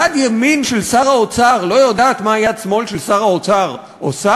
יד ימין של שר האוצר לא יודעת מה יד שמאל של שר האוצר עושה?